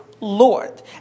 Lord